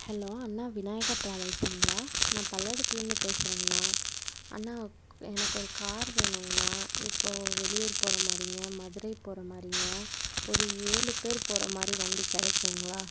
hello அண்ணா விநாயகர் டிராவஸுங்களா நான் பல்லடத்துலேருந்து பேசுறேங்கணா அண்ணா எனக்கு ஒரு கார் வேணுங்கணா இப்போது வெளியூர் போகிற மாதிரிங்க மதுரை போகிற மாதிரிங்க ஒரு ஏழு பேர் போகிற மாதிரி வண்டி கிடைக்குங்ளா